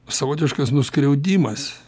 savotiškas nuskriaudimas